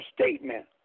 statement